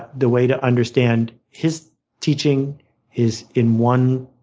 the way to understand his teaching is in one,